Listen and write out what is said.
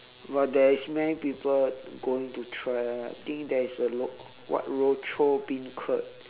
well there is many people going to try ah I think there is ro~ what Rochor beancurd